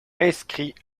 inscrit